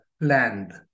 land